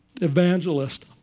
Evangelist